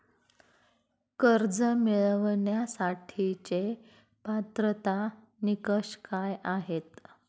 कर्ज मिळवण्यासाठीचे पात्रता निकष काय आहेत?